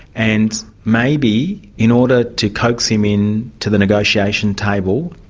and maybe in order to coax him in to the negotiation table,